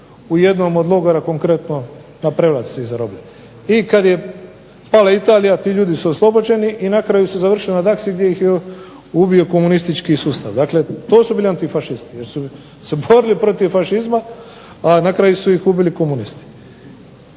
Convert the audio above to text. u jednom od logora konkretno na Prevlaci ih zarobili. I kad je pala Italija ti ljudi su oslobođeni i na kraju su završili na Daksi gdje ih je ubio komunistički sustav. Dakle, to su bili antifašisti jer su se borili protiv fašizma, a na kraju su ih ubili komunisti.